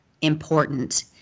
important